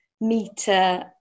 meter